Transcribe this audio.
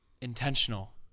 intentional